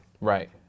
Right